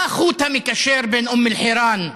מה החוט המקשר בין אום אל-חיראן,